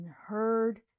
heard